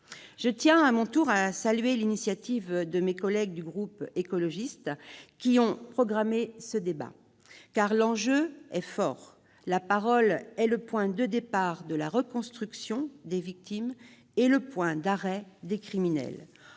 Je tiens à saluer à mon tour l'initiative de mes collègues du groupe écologiste. L'enjeu est fort. La parole est le point de départ de la reconstruction des victimes et le point d'arrêt des criminels.